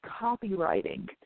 copywriting